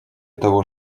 того